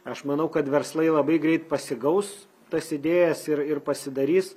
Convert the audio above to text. aš manau kad verslai labai greit pasigaus tas idėjas ir ir pasidarys